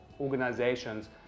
organizations